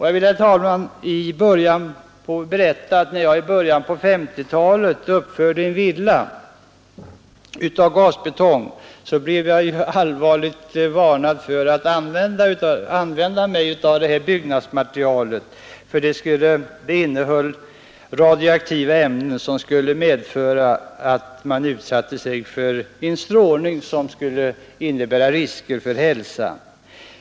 Jag vill här berätta, herr talman, att när jag i början på 1950-talet uppförde en villa av gasbetong blev jag allvarligt varnad för att använda det byggnadsmaterialet därför att det innehöll radioaktiva ämnen, som skulle kunna medföra att man utsatte sig för en strålning som kunde innebära risker för hälsan.